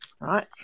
Right